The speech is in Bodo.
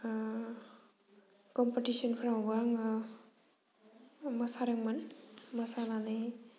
कम्पिटिसनफोरावबो आङो मोसादोंमोन मोसानानै